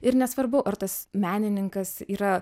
ir nesvarbu ar tas menininkas yra